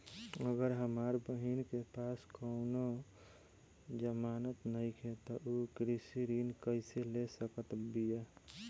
अगर हमार बहिन के पास कउनों जमानत नइखें त उ कृषि ऋण कइसे ले सकत बिया?